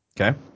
Okay